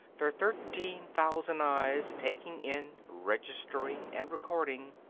their thirteen thousand eyes taking in, registering and recording,